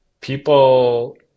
people